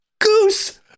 Goose